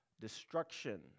destruction